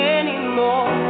anymore